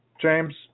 James